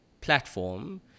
platform